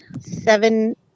seven